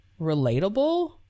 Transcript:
relatable